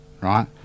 right